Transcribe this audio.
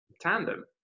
tandem